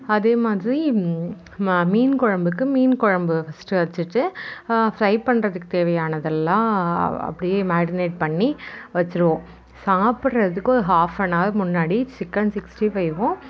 அதே மாதிரி ம மீன் குழம்புக்கு மீன் குழம்பு ஃபஸ்ட்டு வச்சிட்டு ஃப்ரை பண்ணுறதுக்கு தேவையானதெல்லாம் அப்படியே மேடினேட் பண்ணி வச்சிடுவோம் சாப்பிட்றதுக்கு ஒரு ஹாஃப்அன்அவர் முன்னாடி சிக்கன் சிக்ஸ்ட்டி ஃபைவும்